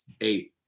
eight